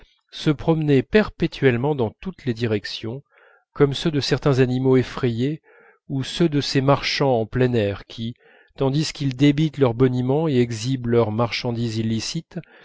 se promenaient perpétuellement dans toutes les directions comme ceux de certains animaux effrayés ou ceux de ces marchands en plein air qui tandis qu'ils débitent leur boniment et exhibent leur marchandise illicite